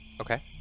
Okay